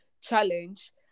challenge